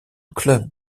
club